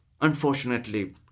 unfortunately